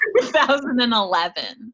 2011